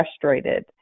frustrated